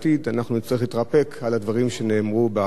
אנחנו נצטרך להתרפק על הדברים שנאמרו בעבר.